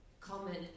comment